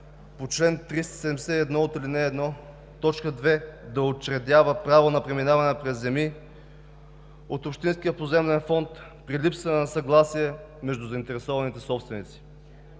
по чл. 371, ал. 1, т. 2 да учредява право на преминаване през земи от общинския поземлен фонд при липса на съгласие между заинтересованите собственици.